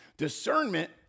discernment